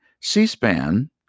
c-span